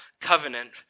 covenant